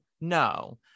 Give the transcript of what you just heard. no